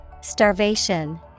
Starvation